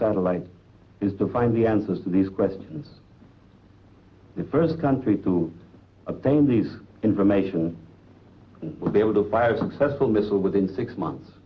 satellite is to find the answers to these questions first country to obtain the information be able to buy a successful missile within six months